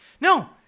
no